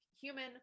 human